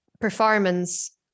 performance